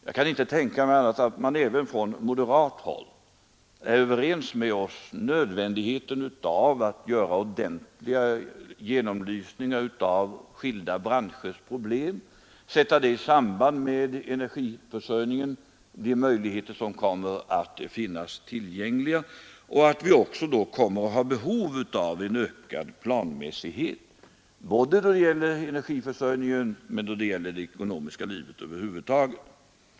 Jag kan inte tänka mig annat än att man även från moderat håll är överens med oss om nödvändigheten av att göra ordentliga genomlysningar av skilda branschers problem, sätta dem i samband med energiförsörjningen och undersöka de möjligheter till lösningar som kommer att finnas tillgängliga. Vi kommer då att ha behov av en ökad planmässighet då det gäller energiförsörjningen och det ekonomiska livet över huvud taget.